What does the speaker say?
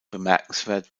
bemerkenswert